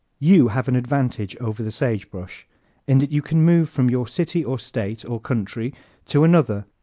you have an advantage over the sagebrush in that you can move from your city or state or country to another,